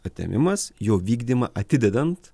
atėmimas jo vykdymą atidedant